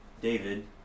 David